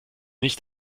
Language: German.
nicht